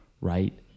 Right